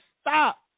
stop